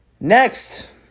Next